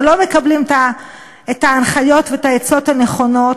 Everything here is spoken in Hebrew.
לא מקבלים את ההנחיות ואת העצות הנכונות.